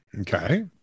Okay